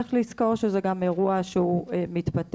צריך לזכור שזה גם אירוע שהוא מתפתח,